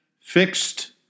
fixed